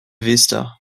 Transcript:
vista